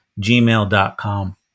gmail.com